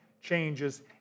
changes